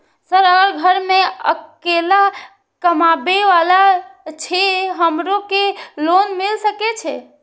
Sir अगर घर में अकेला कमबे वाला छे हमरो के लोन मिल सके छे?